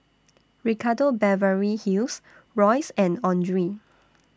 Ricardo Beverly Hills Royce and Andre